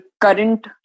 current